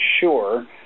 sure